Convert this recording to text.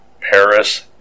Paris